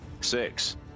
Six